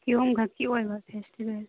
ꯀꯤꯍꯣꯝꯈꯛꯀꯤ ꯑꯣꯏꯕ ꯐꯦꯁꯇꯤꯕꯦꯜ